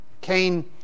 Cain